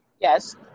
Yes